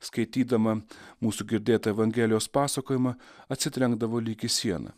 skaitydama mūsų girdėtą evangelijos pasakojimą atsitrenkdavo lyg į sieną